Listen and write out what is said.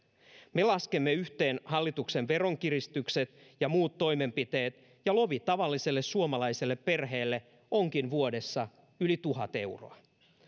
me laskemme yhteen hallituksen veronkiristykset ja muut toimenpiteet ja lovi tavalliselle suomalaiselle perheelle onkin vuodessa yli tuhat euroa